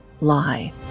lie